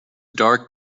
dark